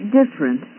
different